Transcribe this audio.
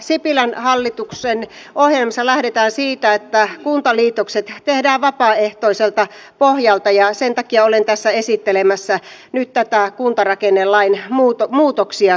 sipilän hallituksen ohjelmassa lähdetään siitä että kuntaliitokset tehdään vapaaehtoiselta pohjalta ja sen takia olen tässä esittelemässä nyt näitä kuntarakennelain muutoksia sitten